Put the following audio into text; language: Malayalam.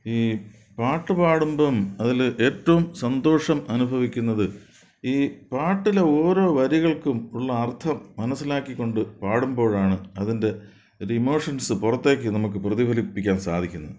ഈ പാട്ട് പാടുമ്പം അതിൽ ഏറ്റവും സന്തോഷം അനുഭവിക്കുന്നത് ഈ പാട്ടിലെ ഓരോ വരികൾക്കും ഉള്ള അർത്ഥം മനസ്സിലാക്കിക്കൊണ്ട് പാടുമ്പോഴാണ് അതിൻ്റെ ഇത് ഇമോഷൻസ് പുറത്തേക്ക് നമുക്ക് പ്രതിഫലിപ്പിക്കാൻ സാധിക്കുന്നത്